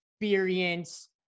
experience